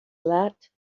let